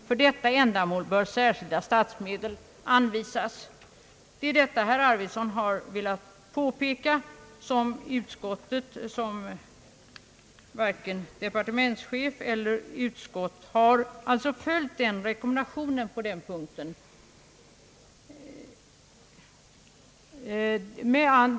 För detta ändamål bör särskilda statsmedel anvisas». Herr Arvidson har velat påpeka att varken departementschefen eller utskottet har följt rekommendationen på den punkten.